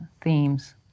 themes